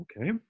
Okay